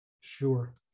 Sure